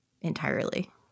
entirely